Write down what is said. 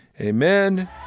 Amen